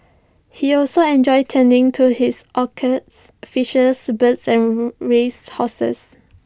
he also enjoyed tending to his orchids fishes birds and race horses